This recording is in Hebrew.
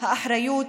האחריות,